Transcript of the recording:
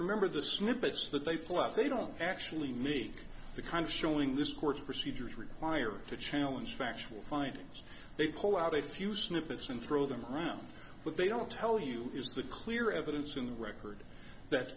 remember the snippets that they flatly don't actually make the kind of showing this court procedure is required to challenge factual findings they pull out a few snippets and throw them around but they don't tell you is the clear evidence in the record that